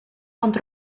ond